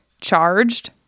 charged